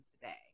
today